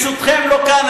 ברשותכם, לא כאן.